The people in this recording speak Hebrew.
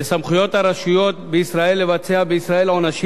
לסמכויות הרשויות בישראל לבצע בישראל עונשים